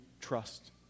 trust